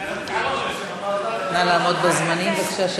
נא לעמוד בזמנים, בבקשה.